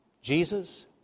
Jesus